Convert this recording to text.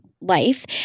life